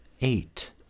Eight